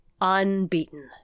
unbeaten